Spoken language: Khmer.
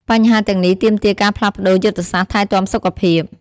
បញ្ហាទាំងនេះទាមទារការផ្លាស់ប្តូរយុទ្ធសាស្ត្រថែទាំសុខភាព។